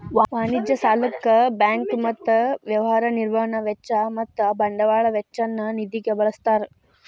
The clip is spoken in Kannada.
ವಾಣಿಜ್ಯ ಸಾಲಕ್ಕ ಬ್ಯಾಂಕ್ ಮತ್ತ ವ್ಯವಹಾರ ನಿರ್ವಹಣಾ ವೆಚ್ಚ ಮತ್ತ ಬಂಡವಾಳ ವೆಚ್ಚ ನ್ನ ನಿಧಿಗ ಬಳ್ಸ್ತಾರ್